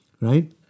Right